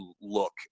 look